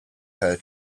her